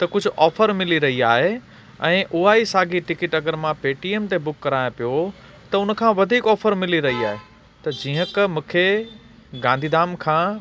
त कुझु ऑफ़र मिली रही आहे ऐं उहा ई साॻी टिकिट अगरि मां पेटीएम ते बुक करायां पियो त उनखां वधीक ऑफ़र मिली रही आहे त जीअं क मूंखे गांधीधाम खां